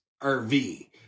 rv